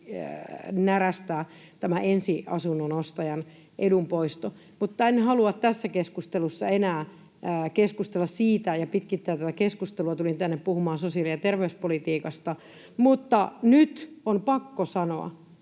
närästää tämä ensiasunnon ostajan edun poisto. Mutta en halua tässä keskustelussa enää keskustella siitä ja pitkittää tätä keskustelua. Tulin tänne puhumaan sosiaali‑ ja terveyspolitiikasta. Nyt on pakko sanoa,